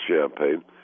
champagne